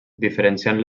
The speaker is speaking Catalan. diferenciant